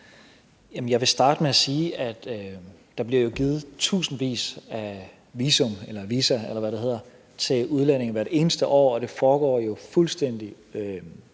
Jeg vil starte med at sige, at der jo bliver givet tusindvis af visa til udlændinge hvert eneste år, og det foregår jo fuldstændig